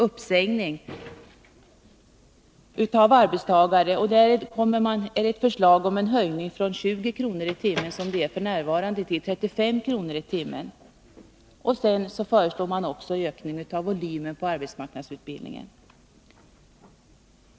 till 35 kr. i timmen, när det finns påtaglig risk för permittering eller uppsägning av arbetstagare. Man föreslår också att volymen på arbetsmarknadsutbildningen skall ökas.